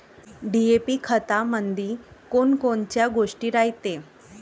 DAP खतामंदी कोनकोनच्या गोष्टी रायते?